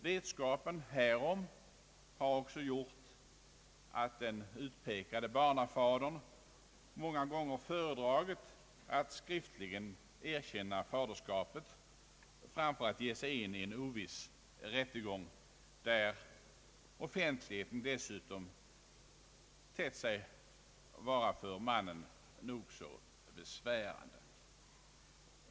Vetskapen härom har också gjort att den utpekade barnafadern många gånger föredragit att skriftligen erkänna ett faderskap framför att ge sig in i en Oviss rättegång, där offentligheten dessutom tett sig synnerligen besvärande för vederbörande.